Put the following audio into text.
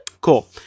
Cool